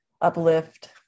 uplift